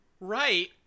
right